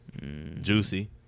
juicy